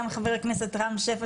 גם חבר הכנסת רם שפע,